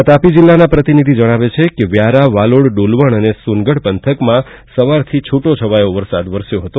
અમારા તાપી જિલ્લાના પ્રતિનિધિ જણાવે છે કે વ્યારા વાલોડ ડોલવણ અને સોનગઢ પંથકમાં સવારથી છૂટો છવાયો વરસાદ વરસી રહ્યો છે